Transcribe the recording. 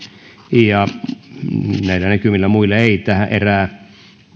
ja näillä näkymillä ei muille tällä erää